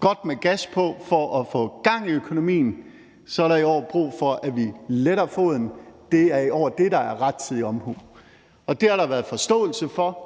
godt med gas for at få gang i økonomien, er der i år brug for, at vi letter foden. Det er i år det, der er rettidig omhu. Det har der været forståelse for,